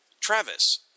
Travis